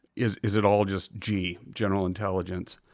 is is it all just g, general intelligence?